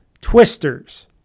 Twisters